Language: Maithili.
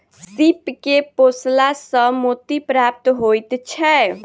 सीप के पोसला सॅ मोती प्राप्त होइत छै